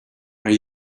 are